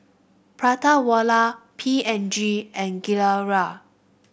Prata Wala P and G and Gilera